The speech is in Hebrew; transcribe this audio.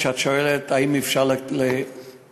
כשאת שואלת אם אפשר לתכנן,